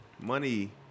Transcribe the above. Money